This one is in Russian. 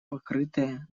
покрытая